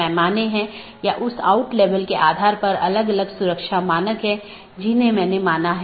IGP IBGP AS के भीतर कहीं भी स्थित हो सकते है